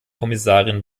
kommissarin